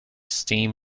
steam